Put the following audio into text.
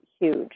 huge